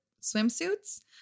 swimsuits